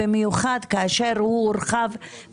במיוחד כאשר הוא הורחב.